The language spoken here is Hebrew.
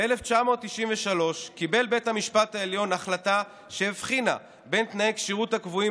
ב-1993 קיבל בית המשפט העליון החלטה שהבחינה בין תנאי הכשירות הקבועים